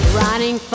running